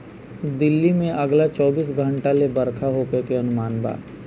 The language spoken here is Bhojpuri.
दिल्ली में अगला चौबीस घंटा ले बरखा होखे के अनुमान बा